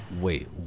wait